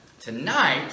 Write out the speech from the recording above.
Tonight